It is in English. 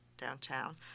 downtown